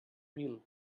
mil